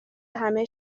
همه